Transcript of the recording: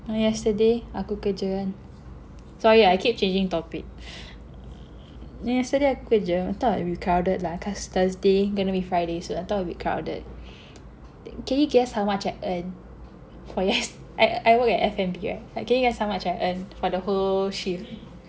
know yesterday aku kerja kan sorry I keep changing topic then yesterday aku kerja thought it will be crowded lah cause Thursday gonna be Friday so I thought will be crowded can you guess how much I earned for yest~ I I work at F&B lah can you guess how much I earned for the whole shift